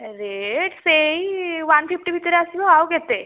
rate ସେଇ one fifty ଭିତରେ ଆସିବ ଆଉ କେତେ